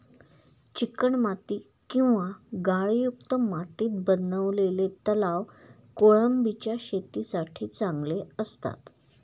चिकणमाती किंवा गाळयुक्त मातीत बनवलेले तलाव कोळंबीच्या शेतीसाठी चांगले असतात